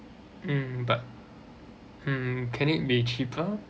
mm but hmm can it be cheaper